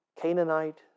Canaanite